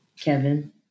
Kevin